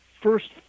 first